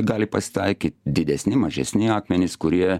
gali pasitaikyt didesni mažesni akmenys kurie